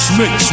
mix